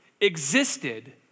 existed